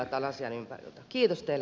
kiitos teille kaikille